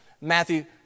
Matthew